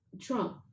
Trump